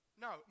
No